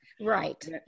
Right